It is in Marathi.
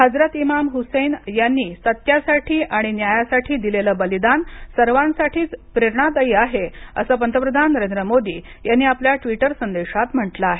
हजरत इमाम हुसैन यांनी सत्यासाठी आणि न्यायासाठी दिलेलं बलिदान सर्वांसाठीच प्रेरणादायी आहे असं प्रधानमंत्री नरेंद्र मोदी यांनी आपल्या ट्वीटर संदेशात म्हटलं आहे